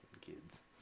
kids